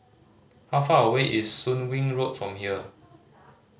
how far away is Soon Wing Road from here